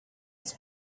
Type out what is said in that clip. its